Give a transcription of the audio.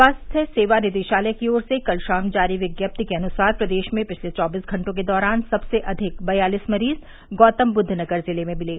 स्वास्थ्य सेवा निदेशालय की ओर से कल शाम जारी विज्ञप्ति के अनुसार प्रदेश में पिछले चौबीस घंटों के दौरान सबसे अधिक बयालीस मरीज गौतमबुद्ध नगर जिले में मिले